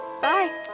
bye